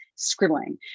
scribbling